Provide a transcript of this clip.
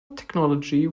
technology